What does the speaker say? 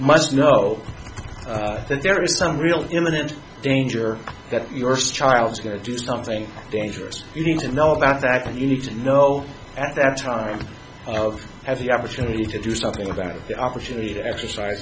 must know that there is some real imminent danger that your child is going to do something dangerous you need to know about that and you need to know at that time has the opportunity to do something about the opportunity to exercise